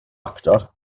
actor